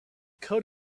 coat